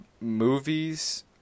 movies